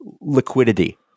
liquidity